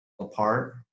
apart